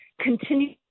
continue